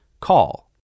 Call